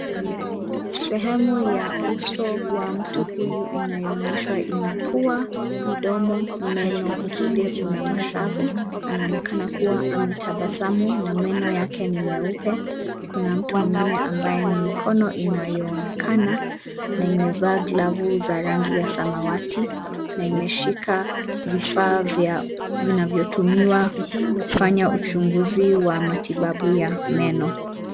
Sehemu ya uso wa mtu huyu inayoonyeshwa ina pua, midomo, meno kidevu na mashavu. Anaonekana kuwa ametabasamu na meno yake ni meupe. Kuna mtu mwingine ambaye ni mikono inayoonekana na imevaa glavu za rangi ya samawati na imeshika vifaa vinavyotumiwa kufanya uchunguzi wa matibabu ya meno.